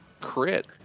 Crit